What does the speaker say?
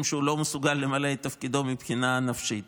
שהוא לא מסוגל למלא את תפקידו מבחינה נפשית.